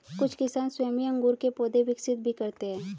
कुछ किसान स्वयं ही अंगूर के पौधे विकसित भी करते हैं